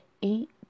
eat